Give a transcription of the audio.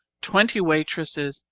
twenty waitresses,